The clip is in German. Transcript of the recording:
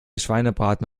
schweinebraten